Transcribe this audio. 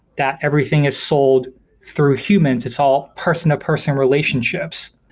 that everything is sold through humans. it's all person-to-person relationships.